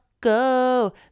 go